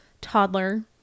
toddler